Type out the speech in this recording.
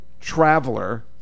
Traveler